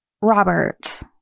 Robert